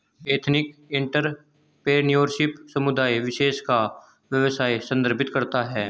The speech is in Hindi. एथनिक एंटरप्रेन्योरशिप समुदाय विशेष का व्यवसाय संदर्भित करता है